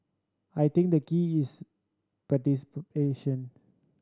I think the key is participation